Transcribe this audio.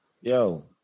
Yo